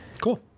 cool